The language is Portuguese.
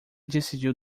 decidiu